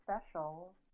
special